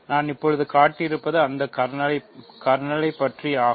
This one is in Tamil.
நாம் இப்போது காட்டியிருப்பது அந்த கர்னல் அகும்